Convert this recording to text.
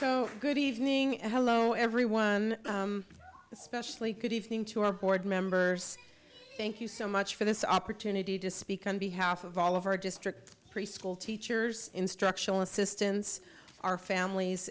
so good evening and hello everyone especially good evening to our board members thank you so much for this opportunity to speak on behalf of all of our district preschool teachers instructional assistance our families